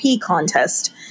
contest